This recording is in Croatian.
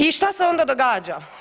I šta se onda događa?